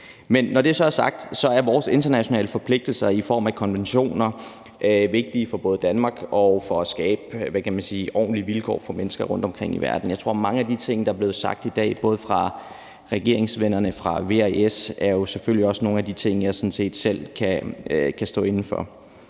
Når det så er sagt, er vores internationale forpligtelser i form af konventioner vigtige både for Danmark og for at skabe ordentlige vilkår for mennesker rundtomkring i verden. Jeg tror, at mange af de ting, der er blevet sagt i dag af regeringsvennerne fra V og S, selvfølgelig også er nogle af de ting, jeg sådan set selv kan stå inde for.